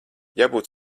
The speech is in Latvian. jābūt